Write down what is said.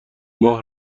ماه